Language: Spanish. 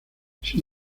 sin